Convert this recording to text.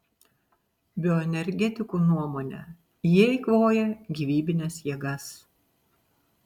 bioenergetikų nuomone jie eikvoja gyvybines jėgas